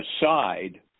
aside